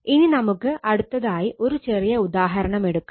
ഇനി നമുക്ക് അടുത്തതായി ഒരു ചെറിയ ഉദാഹരണം എടുക്കാം